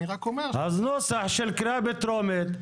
אני רק אומר --- אז נוסח של קריאה בטרומית.